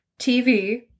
TV